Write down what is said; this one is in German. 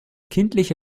kindliche